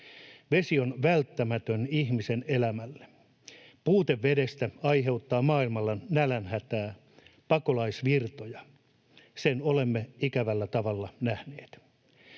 Vesi on välttämätön ihmisen elämälle. Puute vedestä aiheuttaa maailmalla nälänhätää, pakolaisvirtoja. Sen olemme ikävällä tavalla nähneet.